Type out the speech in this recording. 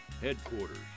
headquarters